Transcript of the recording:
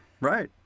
right